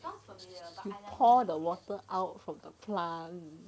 pour the water out from the plant